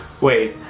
Wait